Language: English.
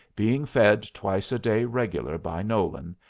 being fed twice a day regular by nolan,